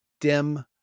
Dim